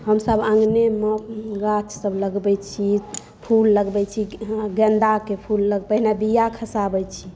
हमसब अँगनेमे गाछ सब लगबै छी फूल लगबै छी गेन्दा के फूल पहिने बिया खसाबै छी